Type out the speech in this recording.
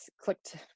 clicked